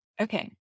okay